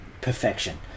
perfection